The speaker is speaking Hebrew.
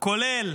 כולל